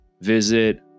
Visit